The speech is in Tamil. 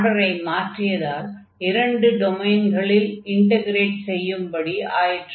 ஆர்டரை மாற்றியதால் இரண்டு டொமைன்களில் இன்டக்ரேட் செய்யும்படி ஆயிற்று